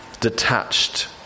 detached